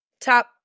top